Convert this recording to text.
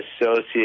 associate